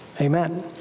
Amen